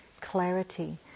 clarity